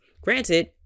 granted